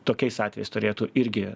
tokiais atvejais turėtų irgi